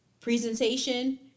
presentation